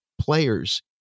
players